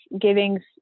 giving